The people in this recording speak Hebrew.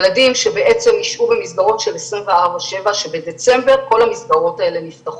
ילדים שישהו במסגרות של 24/7 כשבדצמבר כל המסגרות האלה נפתחות.